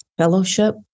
fellowship